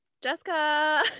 Jessica